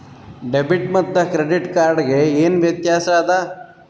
Debit ಮತ್ತ credit card ಗೆ ಏನ ವ್ಯತ್ಯಾಸ ಆದ?